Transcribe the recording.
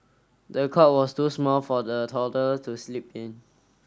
the cot was too small for the toddler to sleep in